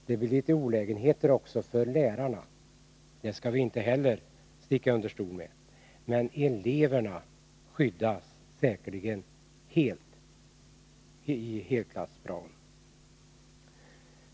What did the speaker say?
Det blir också en del olägenheter för lärarna — det skall vi inte sticka under stol med — men eleverna skyddas säkerligen i helklass-praon.